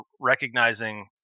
recognizing